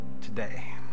today